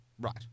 Right